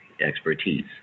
expertise